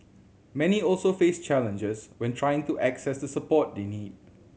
many also face challenges when trying to access the support they need